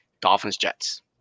Dolphins-Jets